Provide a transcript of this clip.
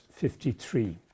53